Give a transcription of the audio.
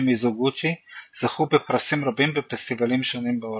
מיזוגוצ'י זכו בפרסים רבים בפסטיבלים שונים בעולם.